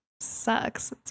Sucks